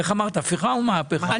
איך אמרת הפיכה או מהפכה?